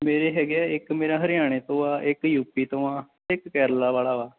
ਮੇਰੇ ਹੈਗੇ ਆ ਇੱਕ ਮੇਰਾ ਹਰਿਆਣੇ ਤੋਂ ਆ ਇੱਕ ਯੂ ਪੀ ਤੋਂ ਆ ਇੱਕ ਕੇਰਲਾ ਵਾਲਾ ਵਾ